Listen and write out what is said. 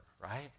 right